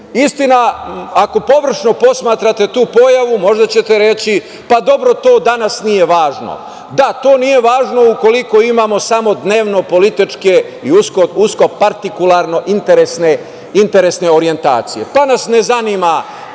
postoji. Istina, ako površno posmatrate tu pojavu, možda ćete reći – pa, dobro, to danas nije važno. Da, to nije važno ukoliko imamo samo dnevnopolitičke i uskopartikularno interesne orjentacije, pa nas ne zanima